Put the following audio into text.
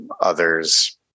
Others